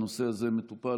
הנושא הזה מטופל,